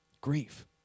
Grief